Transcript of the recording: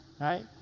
right